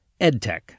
edtech